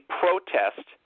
protest